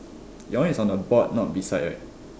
your one is on the board not beside right